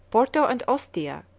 porto and ostia,